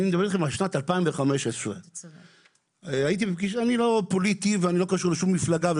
אני מדבר על שנת 2015. אני לא פוליטי ואני לא קשור לשום מפלגה.